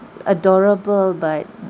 adorable but